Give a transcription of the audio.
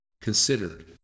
considered